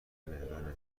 بله